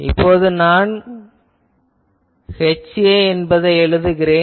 இப்போது நான் HA என்பதை எழுதுகிறேன்